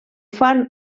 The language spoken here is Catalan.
fan